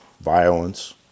violence